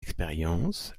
expériences